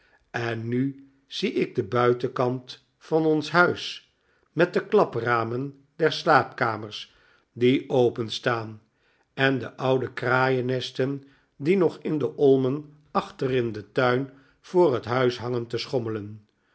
en nu zie ik den buitenkant van ons huis met de klapramen der slaapkamers die openstaan en de oude kraaiennesten die nog in de olmen achter in den tuin voor het huis hangen te schommelen